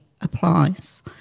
applies